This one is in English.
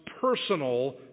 personal